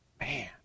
Man